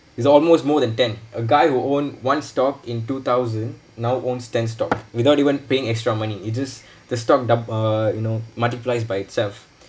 it's almost more than ten a guy who own one stock in two thousand now owns ten stock without even paying extra money it is the stock doub~ err you know multiplies by itself